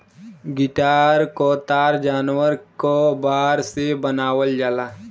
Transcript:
guitar क तार जानवर क बार से बनावल जाला